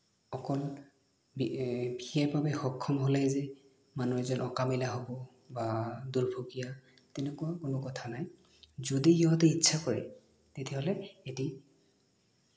অকল বি বিশেষভাৱে সক্ষম হ'লেই যে মানুহ এজন অকামিলা হ'ব বা দুৰ্ভগীয়া তেনেকুৱা কোনো কথা নাই যদি সিহঁতে ইচ্ছা কৰে তেতিয়াহ'লে সিহঁতি